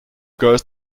goes